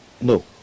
no